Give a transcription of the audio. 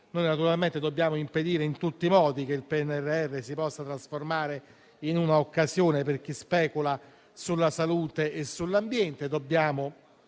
Naturalmente dobbiamo impedire in tutti i modi che il PNRR si trasformi in un'occasione per chi specula sulla salute e sull'ambiente.